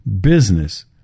business